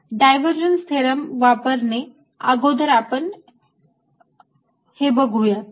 divergence theorem वापरणे अगोदर आपण हे बघूयात